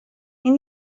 این